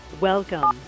Welcome